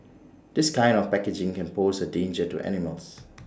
this kind of packaging can pose A danger to animals